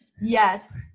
yes